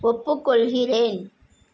ஒப்புக்கொள்கிறேன்